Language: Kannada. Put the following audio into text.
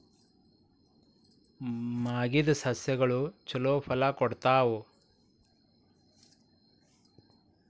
ಮಾಗಿದ್ ಸಸ್ಯಗಳು ಛಲೋ ಫಲ ಕೊಡ್ತಾವಾ?